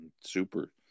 super